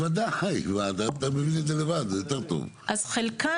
אם תירצו שאני